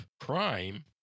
crime